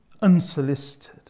unsolicited